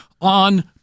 on